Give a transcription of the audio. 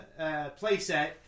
playset